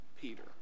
Peter